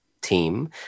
team